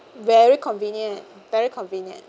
very convenient very convenient